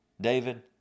David